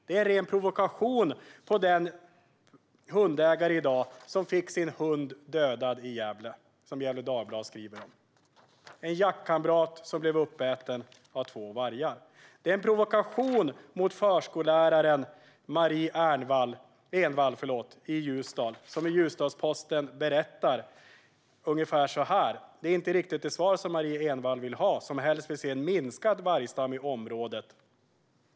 Det är ren provokation för den hundägare som i dag fick sin hund dödad i Gävle och som Gefle Dagblad skriver om - en jaktkamrat som blev uppäten av två vargar. Det är en provokation mot förskolläraren Marie Envall i Ljusdal, och Ljusdals-Posten berättar ungefär så här: Det är inte riktigt det svar som Marie Envall, som helst vill se en minskad vargstam i området, vill ha.